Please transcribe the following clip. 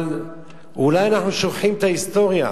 אבל אולי אנחנו שוכחים את ההיסטוריה,